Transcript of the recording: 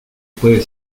puede